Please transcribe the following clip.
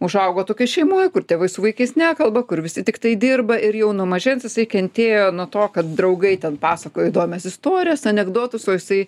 užaugo tokioj šeimoj kur tėvai su vaikais nekalba kur visi tiktai dirba ir jau nuo mažens jisai kentėjo nuo to kad draugai ten pasakoja įdomias istorijas anekdotus o jisai